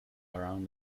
around